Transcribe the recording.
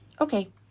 okay